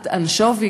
אנשובי.